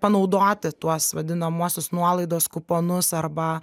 panaudoti tuos vadinamuosius nuolaidos kuponus arba